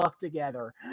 together